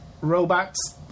Robots